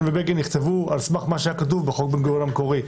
ובגין נכתבו על סמך מה שהיה כתוב בחוק בן-גוריון המקורי,